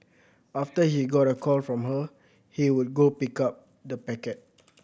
after he got a call from her he would go pick up the packet